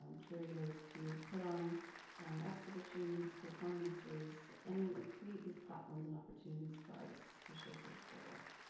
um curators, to put on exhibitions, performances, any, and create these platforms and opportunities for artists to showcase their work.